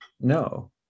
No